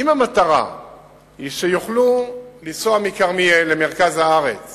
אם המטרה היא שיוכלו לנסוע במהירות מכרמיאל למרכז הארץ